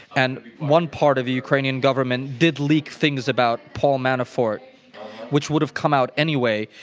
and one part of the ukrainian government, did leak things about paul manafort which would have come out anyway.